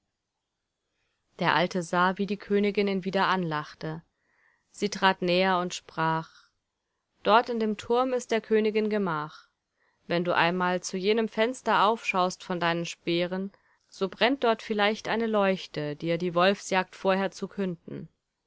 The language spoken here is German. der alte sah wie die königin ihn wieder anlachte sie trat näher und sprach dort in dem turm ist der königin gemach wenn du einmal zu jenem fenster aufschaust von deinen speeren so brennt dort vielleicht eine leuchte dir die wolfsjagd vorher zu künden